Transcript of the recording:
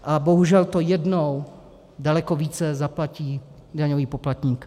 A bohužel to jednou daleko více zaplatí daňový poplatník.